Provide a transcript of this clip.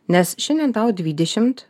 nes šiandien tau dvidešimt